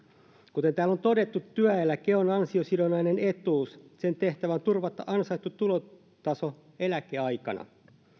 kuten täällä on todettu työeläke on ansiosidonnainen etuus sen tehtävä on turvata ansaittu tulotaso eläkeaikana